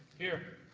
here.